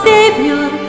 Savior